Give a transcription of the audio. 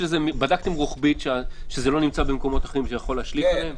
בדקתם רוחבית שזה לא נמצא במקומות אחרים שיכול להשליך עליהם?